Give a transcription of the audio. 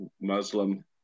muslim